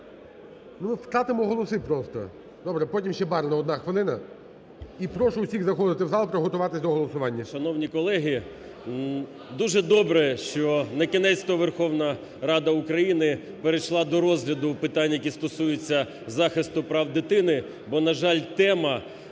Ну, втратимо голоси просто. Добре, потім ще Барна, 1 хвилина. І прошу всіх заходити в зал приготуватись до голосування. 12:03:24 ПАВЛЕНКО Ю.О. Шановні колеги, дуже добре, що накінець-то Верховна Рада України перейшла до розгляду питань, які стосуються захисту прав дитини. Бо, на жаль, тема